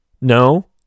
No